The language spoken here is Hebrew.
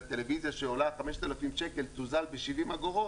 טלוויזיה שעולה 5,000 שקל ותוזל ב-70 אגורות,